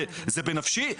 זה בנפשי,